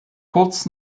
kurz